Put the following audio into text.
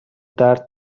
درد